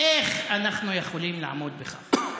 איך אנחנו יכולים לעמוד בכך?